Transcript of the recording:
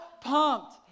pumped